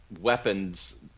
weapons